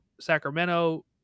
sacramento